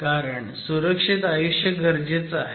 कारण सुरक्षित आयुष्य गरजेचं आहे